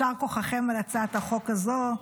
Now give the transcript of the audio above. יישר כוחכם על הצעת החוק הזו.